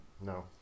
No